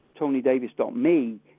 TonyDavis.me